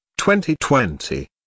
2020